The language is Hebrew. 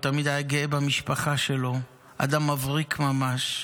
הוא תמיד היה גאה במשפחה שלנו, אדם מבריק ממש.